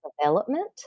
development